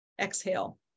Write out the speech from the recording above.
exhale